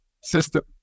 system